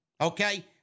Okay